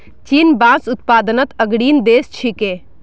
चीन बांस उत्पादनत अग्रणी देश छिके